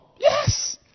yes